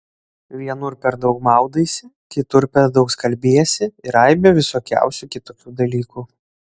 vienur per daug maudaisi kitur per daug skalbiesi ir aibę visokiausių kitokių dalykų